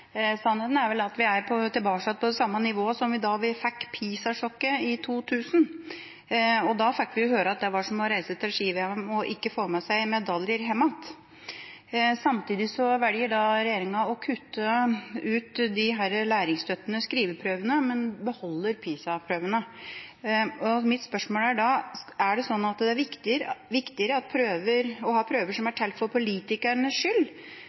Sannheten er vel at vi er tilbake igjen på det samme nivået som da vi fikk PISA-sjokket, i 2000. Da fikk vi høre at det var som å reise til ski-VM og ikke få med seg medaljer hjem igjen. Samtidig velger regjeringa å kutte ut de læringsstøttende skriveprøvene, men beholder PISA-prøvene. Mitt spørsmål er da: Er det viktigere å ha prøver som er til for politikernes skyld,